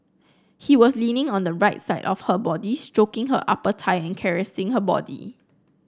he was leaning on the right side of her body stroking her upper thigh and caressing her body